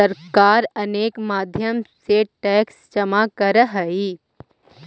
सरकार अनेक माध्यम से टैक्स जमा करऽ हई